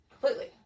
completely